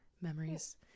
Memories